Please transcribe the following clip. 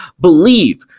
believe